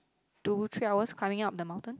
two three hours climbing up the mountain